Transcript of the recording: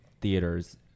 theaters